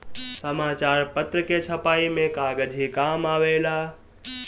समाचार पत्र के छपाई में कागज ही काम आवेला